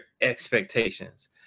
expectations